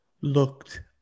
looked